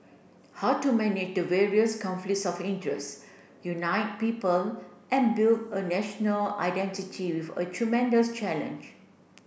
how to manage the various conflicts of interest unite people and build a national identity with a tremendous challenge